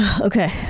Okay